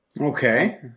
Okay